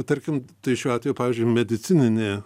tarkim tai šiuo atveju pavyzdžiui medicininė